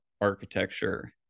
architecture